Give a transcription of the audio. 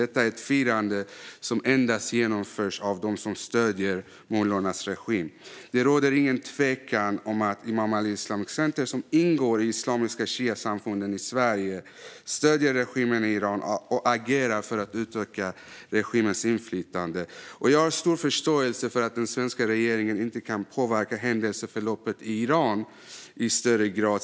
Detta är ett firande som endast genomförs av dem som stöder mullornas regim. Det råder ingen tvekan om att Imam Ali Islamic Center, som ingår i Islamiska Shiasamfunden i Sverige, stöder regimen i Iran och agerar för att utöka regimens inflytande. Jag har stor förståelse för att den svenska regeringen inte kan påverka händelseförloppet i Iran i större grad.